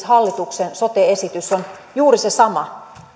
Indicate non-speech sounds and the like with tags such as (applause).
(unintelligible) hallituksen sote esityksenne on juuri se sama